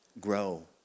grow